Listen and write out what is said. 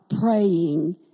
Praying